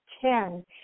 ten